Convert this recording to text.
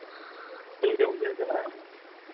ᱵᱷᱟᱹᱜᱤ ᱜᱮ ᱵᱩᱡᱷᱟᱹᱜ ᱠᱟᱱᱟ ᱦᱮᱸ